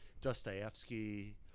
Dostoevsky